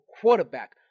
quarterback